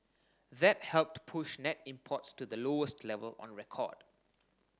that helped push net imports to the lowest level on record